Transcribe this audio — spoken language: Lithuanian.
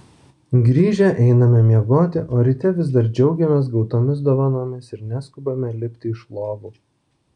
grįžę einame miegoti o ryte vis dar džiaugiamės gautomis dovanomis ir neskubame lipti iš lovų